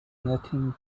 nothing